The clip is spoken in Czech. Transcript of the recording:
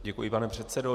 Děkuji, pane předsedo.